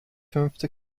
fünfte